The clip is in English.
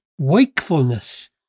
wakefulness